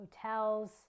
hotels